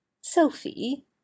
Sophie